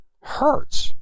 hurts